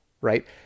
right